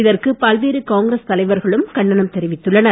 இதற்கு பல்வேறு காங்கிரஸ் தலைவர்களும் கண்டனம் தெரிவித்துள்ளனர்